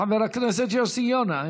חבר הכנסת יוסי יונה,